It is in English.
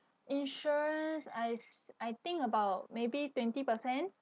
insurance I s~ I think about maybe twenty percent